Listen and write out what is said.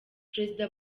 perezida